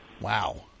Wow